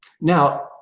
Now